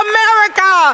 America